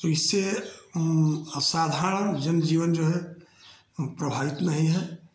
तो इससे साधारण जनजीवन जो है प्रभावित नहीं है